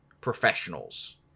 professionals